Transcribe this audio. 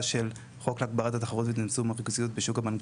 של חוק להגברת התחרות --- בשוק הבנקאות